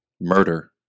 murder